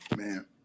Man